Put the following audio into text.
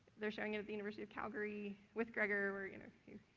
they're showing it at the university of calgary with gregor where you know,